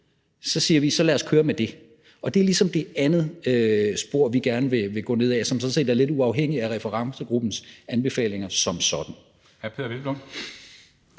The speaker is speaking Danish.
Så siger vi: Så lad os køre med det. Det er ligesom det andet spor, vi gerne vil gå ned ad, og det er sådan set lidt uafhængigt af referencegruppens anbefalinger som sådan.